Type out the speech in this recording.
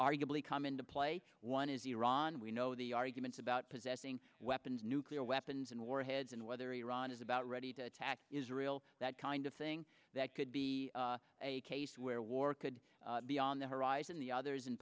arguably come into play one is iran we know the arguments about possessing weapons nuclear weapons and warheads and whether iran is about ready to attack israel that kind of thing that could be a case where war could be on the horizon the other is in